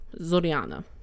Zoriana